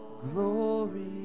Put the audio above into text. glory